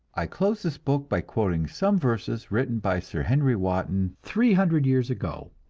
i close this book by quoting some verses written by sir henry wotton three hundred years ago,